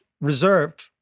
reserved